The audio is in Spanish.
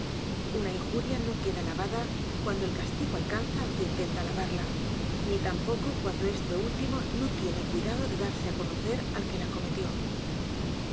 una injuria no queda lavada cuando el castigo alcanza al que intenta lavarla ni tampoco cuando este último no tiene cuidado d e darse á conocer al que la cometió